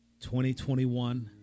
2021